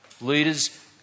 Leaders